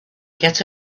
get